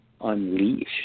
unleashed